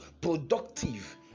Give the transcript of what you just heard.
productive